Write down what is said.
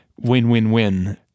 win-win-win